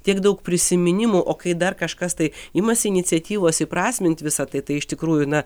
tiek daug prisiminimų o kai dar kažkas tai imasi iniciatyvos įprasmint visą tai tai iš tikrųjų na